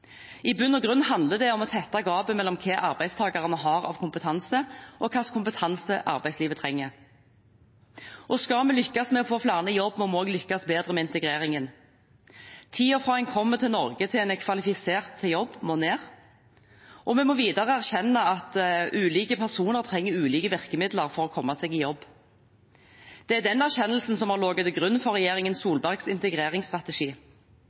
I bunn og grunn handler det om å tette gapet mellom hva arbeidstakerne har av kompetanse, og hvilken kompetanse arbeidslivet trenger. Skal vi lykkes med å få flere i jobb, må vi også lykkes bedre med integreringen. Tiden fra man kommer til Norge til man er kvalifisert til jobb, må ned. Vi må videre erkjenne at ulike personer trenger ulike virkemidler for å komme seg i jobb. Det er den erkjennelsen som har ligget til grunn for regjeringen Solbergs integreringsstrategi.